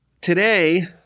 Today